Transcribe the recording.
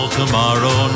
tomorrow